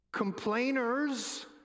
complainers